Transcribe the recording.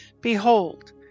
Behold